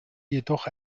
jedoch